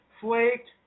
flaked